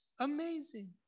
amazing